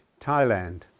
Thailand